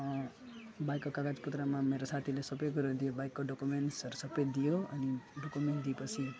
बाइकको कागज पत्रमा मेरो साथीले सबै गएर दियो बाइकको डकुमेन्ट्सहरू सबै दियो अनि डकुमेन्ट दिएपछि